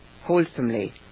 wholesomely